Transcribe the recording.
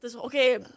okay